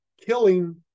killing